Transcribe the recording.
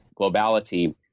globality